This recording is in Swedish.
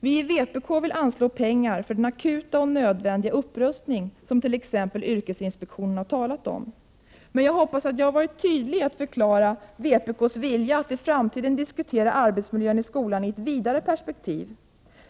Vi i vpk vill anslå pengar för den akuta och nödvändiga upprustning som t.ex. yrkesinspektionen har talat om. Men jag hoppas att jag har varit tydlig i att förklara vpk:s vilja att i framtiden diskutera arbetsmiljön i skolan i ett vidare perspektiv.